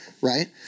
right